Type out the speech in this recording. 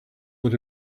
that